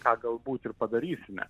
ką galbūt ir padarysime